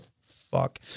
fuck